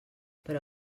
però